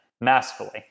massively